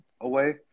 away